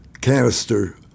canister